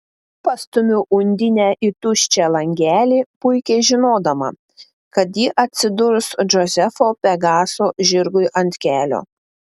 pastumiu undinę į tuščią langelį puikiai žinodama kad ji atsidurs džozefo pegaso žirgui ant kelio